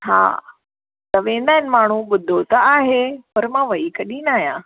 हा त वेंदा आहिनि माण्हूं ॿुधो त आहे पर मां वई कॾहिं न आहियां